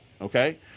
okay